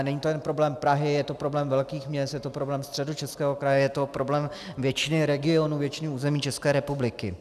Není to jen problém Prahy, je to problém velkých měst, je to problém Středočeského kraje, je to problém většiny regionů, většiny území České republiky.